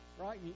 right